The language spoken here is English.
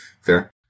Fair